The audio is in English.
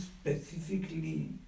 specifically